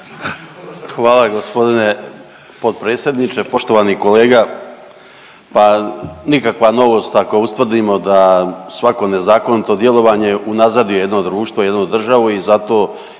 Hvala gospodine potpredsjedniče. Poštovani kolega, pa nikakva novost ako ustvrdimo da svako nezakonito djelovanje unazadi jedno društvo, jednu državu i zato